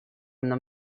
нам